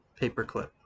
Paperclip